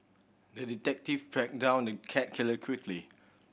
the detective tracked down the cat killer quickly